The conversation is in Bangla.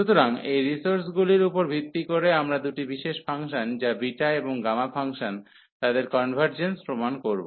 সুতরাং এই রিসোর্সগুলির উপর ভিত্তি করে আমরা দুটি বিশেষ ফাংশন যা বিটা এবং গামা ফাংশন তাদের কনভার্জেন্স প্রমাণ করব